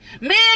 Man